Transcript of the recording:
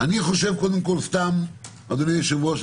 אדני היושב-ראש,